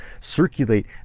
circulate